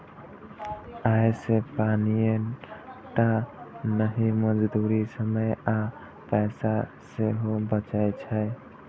अय से पानिये टा नहि, मजदूरी, समय आ पैसा सेहो बचै छै